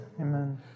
Amen